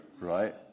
right